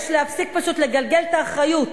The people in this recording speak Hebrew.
יש להפסיק, פשוט, לגלגל את האחריות.